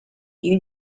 you